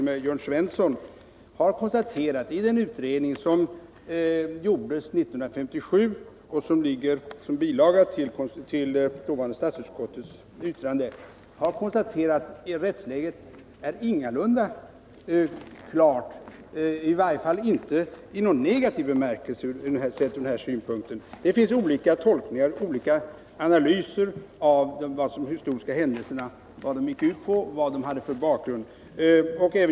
större än Jörn Svensson — har konstaterat i utredningen 1957, som återfinns som bilaga till dåvarande statsutskottets yttrande, att rättsläget ingalunda är klart. I varje fall gäller inte detta i någon negativ bemärkelse. Det finns olika tolkningar och analyser av de historiska händelsernas syfte och bakgrund.